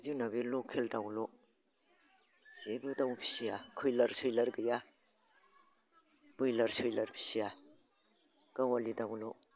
जोंना बे लकेल दाउल' जेबो दाउ फिसिया कुरयलार सैलार गैया ब्रइलार सयलार फिसिया गावालि दाउल'